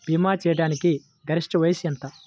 భీమా చేయాటానికి గరిష్ట వయస్సు ఎంత?